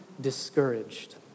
discouraged